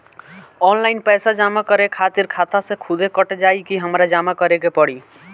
Online पैसा जमा करे खातिर खाता से खुदे कट जाई कि हमरा जमा करें के पड़ी?